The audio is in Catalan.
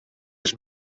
les